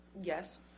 Yes